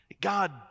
God